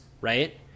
right